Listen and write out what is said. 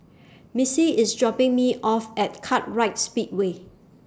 Missy IS dropping Me off At Kartright Speedway